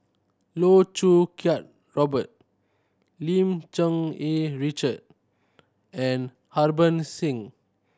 Loh Choo Kiat Robert Lim Cherng Yih Richard and Harbans Singh